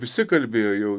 visi kalbėjo jau